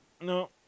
no